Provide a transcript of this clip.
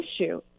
issue